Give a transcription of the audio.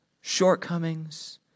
shortcomings